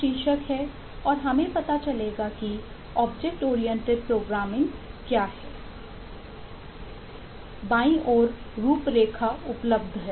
बाईं ओर रूपरेखा उपलब्ध है